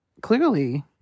clearly